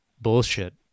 bullshit